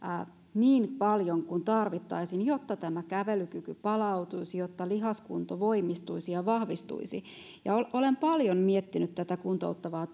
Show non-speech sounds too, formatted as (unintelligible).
niin paljon kuin tarvittaisiin jotta kävelykyky palautuisi jotta lihaskunto voimistuisi ja vahvistuisi olen paljon miettinyt tätä kuntouttavaa (unintelligible)